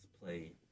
play